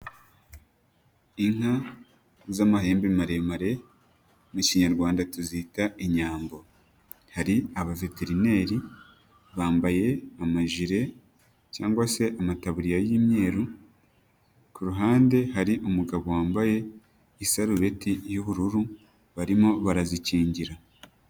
Inka z'amahembe maremare, mu kinyarwanda tuzita inyambo. Hari abaveterineri, bambaye amajire cyangwa se amataburiya y'imyeru. Ku ruhande hari umugabo wambaye isarubeti y'ubururu, barimo barazikingira.